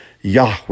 Yahweh